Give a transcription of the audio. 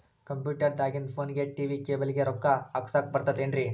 Computer ದಾಗಿಂದ್ ಫೋನ್ಗೆ, TV cable ಗೆ, ರೊಕ್ಕಾ ಹಾಕಸಾಕ್ ಬರತೈತೇನ್ರೇ?